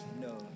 No